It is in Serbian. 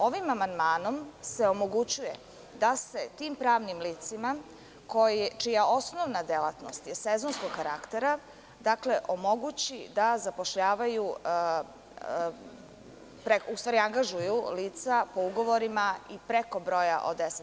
Ovim amandmanom se omogućuje da se tim pravnim licima čija je osnovna delatnost sezonskog karaktera omogući da zapošljavaju, u stvari angažuju lica po ugovorima i preko broja od 10%